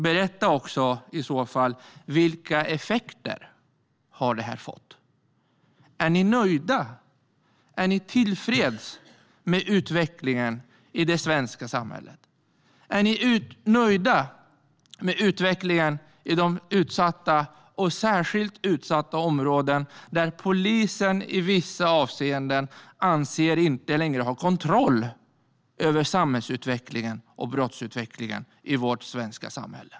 Berätta också i så fall vilka effekter det har fått. Är ni nöjda och tillfreds med utvecklingen i det svenska samhället? Är ni nöjda med utvecklingen i de utsatta och särskilt utsatta områden där polisen i vissa avseenden inte längre anser sig ha kontroll över samhällsutvecklingen och brottsutvecklingen i vårt svenska samhälle?